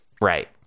right